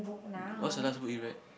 what's the last book you read